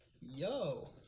Yo